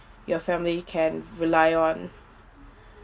your family can rely on